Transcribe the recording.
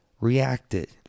reacted